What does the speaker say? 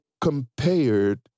compared